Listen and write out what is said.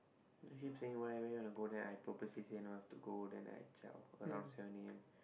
he keep saying why why you wanna go then I purposely say no I have to go then I zao around seven a_m